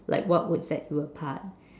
like what would set you apart